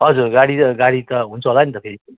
हजुर गाडी त गाडी त हुन्छ होला नि त फेरि